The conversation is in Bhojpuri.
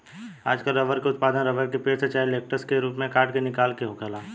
आजकल रबर के उत्पादन रबर के पेड़, से चाहे लेटेक्स के रूप में काट के निकाल के होखेला